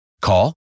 Call